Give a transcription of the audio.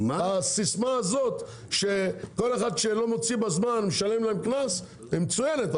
הסיסמה הזאת שכל אחד שלא מוציא בזמן משלם להם קנס היא מצוינת,